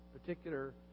particular